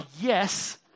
yes